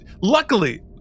Luckily